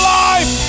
life